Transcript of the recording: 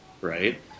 right